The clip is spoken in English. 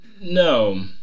no